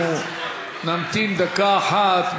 אנחנו נמתין דקה אחת.